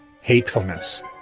HATEFULNESS